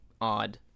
odd